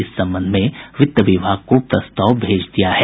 इस संबंधमें वित्त विभाग को प्रस्ताव भेज दिया गया है